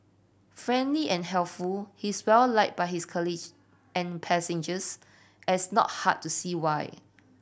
friendly and helpful he is well liked by his colleague and passengers as not hard to see why